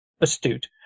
astute